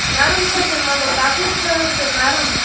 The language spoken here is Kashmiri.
نرم چھےٚ کِنہٕ تکُر چھے حَظ کِنہٕ نرم